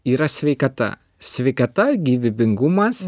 yra sveikata sveikata gyvybingumas